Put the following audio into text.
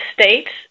States